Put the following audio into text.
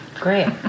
Great